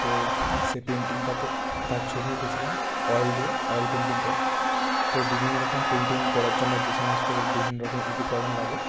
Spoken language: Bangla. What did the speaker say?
তো সে পেন্টিংটাতে তার ছবি এঁকেছিলাম অয়েল দিয়ে অয়েল পেন্টিং করে তো বিভিন্ন রকম পেন্টিং করার জন্য যে সমস্ত বিভিন্ন রকম উপকরণ লাগে